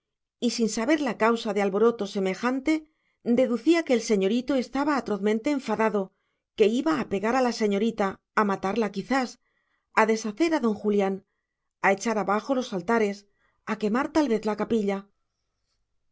y sin saber la causa de alboroto semejante deducía que el señorito estaba atrozmente enfadado que iba a pegar a la señorita a matarla quizás a deshacer a don julián a echar abajo los altares a quemar tal vez la capilla